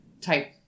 type